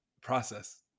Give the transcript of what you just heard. process